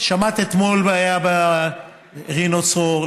שמעת אתמול אצל רינו צרור,